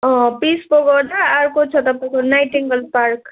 piece pagoda अर्को छ Nightingale park